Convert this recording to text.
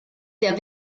der